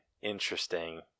interesting